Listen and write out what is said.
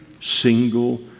single